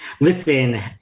listen